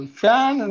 fan